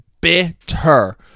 Bitter